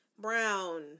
brown